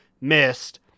missed